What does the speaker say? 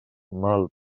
mal